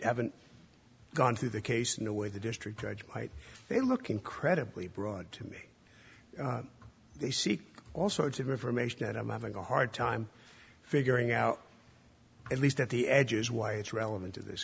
haven't gone through the case in the way the district judge might they look incredibly broad to me they seek all sorts of information and i'm having a hard time figuring out at least at the edges why it's relevant to this